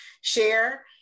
share